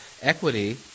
equity